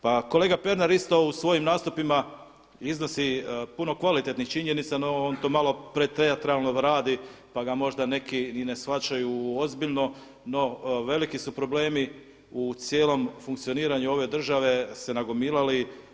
Pa kolega Pernar isto u svojim nastupima iznosi puno kvalitetnih činjenica no on to malo preteatralno radi pa ga možda neki ni ne shvaćaju ozbiljno no veliki su problemi u cijelom funkcioniranju ove države su se nagomilali.